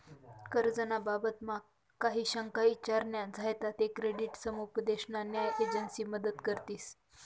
कर्ज ना बाबतमा काही शंका ईचार न्या झायात ते क्रेडिट समुपदेशन न्या एजंसी मदत करतीस